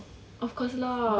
of course lah